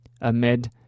amid